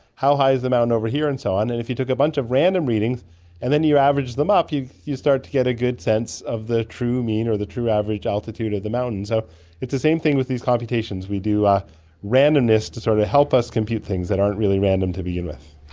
how high is the mountain over here and so on, and if you took a bunch of random readings and then you average them up, you you start to get a sense of the true mean or the true average altitude of the mountain. so it's the same thing with these computations. we do ah randomness to sort of help us compute things that aren't really random to begin with.